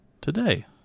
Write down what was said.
Today